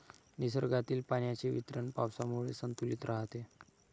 निसर्गातील पाण्याचे वितरण पावसामुळे संतुलित राहते